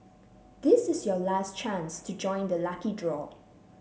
this is your last chance to join the lucky draw